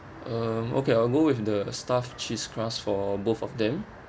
um okay I'll go with the stuffed cheese crust for both of them